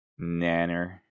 Nanner